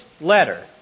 letter